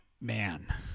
man